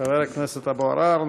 חבר הכנסת אבו עראר,